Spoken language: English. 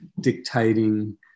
dictating